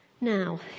Now